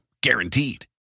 guaranteed